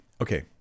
Okay